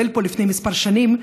שהתקבל פה לפני כמה שנים,